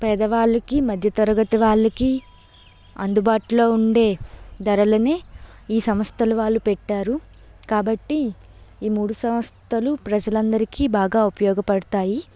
పేదవాళ్ళకి మధ్య తరగతి వాళ్ళకి అందుబాటులో ఉండే ధరలనే ఈ సంస్థల వాళ్ళు పెట్టారు కాబట్టి ఈ మూడు సంస్థలు ప్రజలందరికీ బాగా ఉపయోగపడతాయి